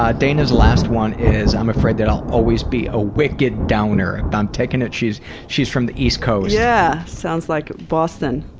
ah dana's last one is, i'm afraid that i'll always be a wicked downer. i'm taking it she's she's from the east coast. yeah, sounds like boston.